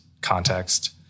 context